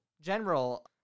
general